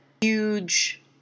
huge